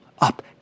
Up